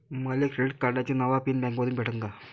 मले क्रेडिट कार्डाचा नवा पिन बँकेमंधून भेटन का?